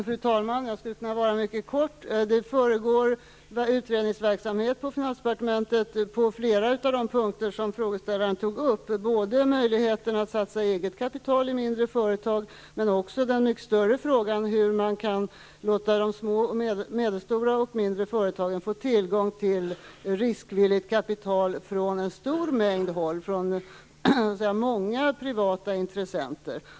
Fru talman! Jag kan fatta mig mycket kort. Det försiggår en utredningsverksamhet på finansdepartementet när det gäller flera av de punkter som frågeställaren tog upp, nämligen möjligheten att satsa eget kapital i mindre företag och också den mycket större frågan om hur man skall låta de små, medelstora och mindre företagen få tillgång till riskvilligt kapital från många privata intressenter.